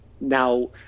Now